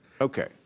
Okay